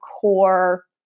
core